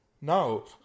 no